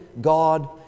God